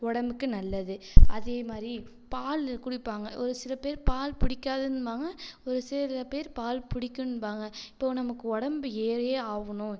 உடம்புக்கு நல்லது அதே மாதிரி பால் குடிப்பாங்கள் ஒரு சில பேர் பால் பிடிக்காதுன்னுவாங்க ஒரு சில பேர் பால் பிடிக்கும்பாங்க இப்போ நமக்கு உடம்பு ஏறியே ஆகணும்